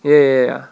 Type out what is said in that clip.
ya ya ya ya ya